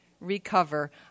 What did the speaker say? recover